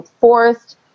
forced